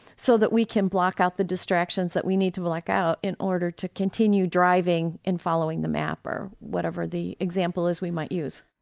so that we can block out the distractions that we need to block out in order to continue driving and following the map or whatever the example is we might use.